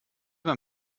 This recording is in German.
beim